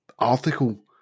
Article